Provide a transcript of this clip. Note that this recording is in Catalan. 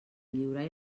lliurar